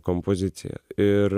kompozicija ir